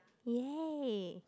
yay